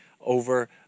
over